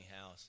house